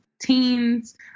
teens